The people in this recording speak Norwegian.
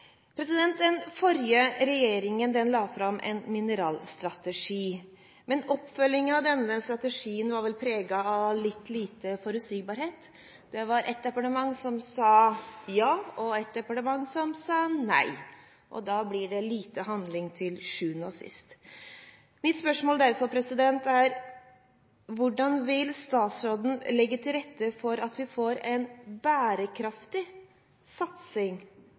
Den forrige regjeringen la fram en mineralstrategi. Men oppfølgingen av denne strategien var vel preget av lite forutsigbarhet. Det var et departement som sa ja og et departement som sa nei. Da blir det lite handling til sjuende og sist. Mitt spørsmål er derfor: Hvordan vil statsråden legge til rette for at vi får en bærekraftig satsing